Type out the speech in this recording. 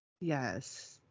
Yes